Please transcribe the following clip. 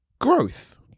growth